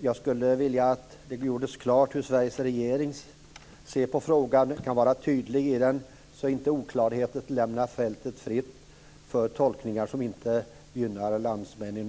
Jag skulle vilja att det gjordes klart hur Sveriges regering ser på frågan. Det är viktigt att vara tydlig så att inte oklarheter lämnar fältet fritt för tolkningar som inte gynnar landsmän i nöd.